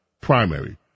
primary